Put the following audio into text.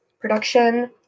production